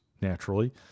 naturally